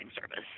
service